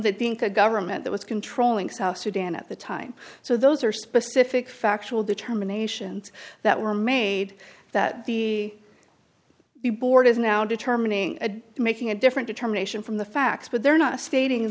a government that was controlling south sudan at the time so those are specific factual determinations that were made that the board is now determining making a different determination from the facts but they're not stating